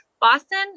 Boston